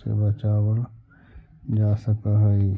से बचावल जा सकऽ हई